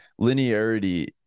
linearity